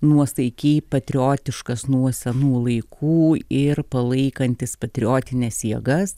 nuosaikiai patriotiškas nuo senų laikų ir palaikantis patriotines jėgas